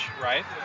right